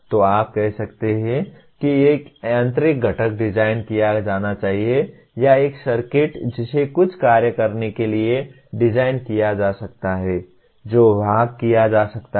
तो आप कह सकते हैं कि एक यांत्रिक घटक डिज़ाइन किया जाना चाहिए या एक सर्किट जिसे कुछ कार्य करने के लिए डिज़ाइन किया जा सकता है जो भाग किया जा सकता है